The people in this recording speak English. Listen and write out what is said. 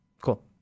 cool